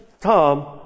Tom